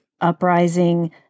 uprising